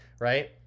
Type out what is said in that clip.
Right